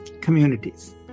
communities